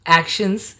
actions